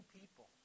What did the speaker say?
people